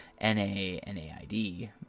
N-A-N-A-I-D